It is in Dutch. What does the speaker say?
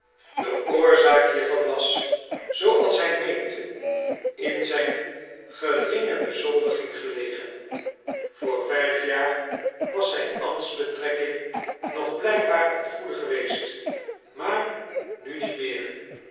de oorzaak hiervan was zooals hij meende in zijn geringe bezoldiging gelegen vr vijf jaar was zijn ambtsbetrekking nog blijkbaar een goede geweest maar nu niet meer